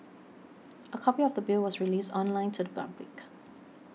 a copy of the Bill was released online to the public